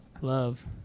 Love